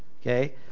okay